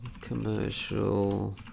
commercial